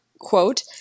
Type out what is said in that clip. quote